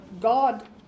God